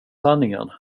sanningen